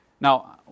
Now